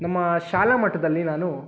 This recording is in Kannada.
ನಮ್ಮ ಶಾಲಾ ಮಟ್ಟದಲ್ಲಿ ನಾನು